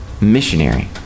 missionary